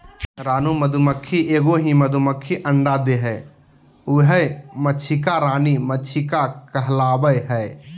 रानी मधुमक्खी एगो ही मधुमक्खी अंडे देहइ उहइ मक्षिका रानी मक्षिका कहलाबैय हइ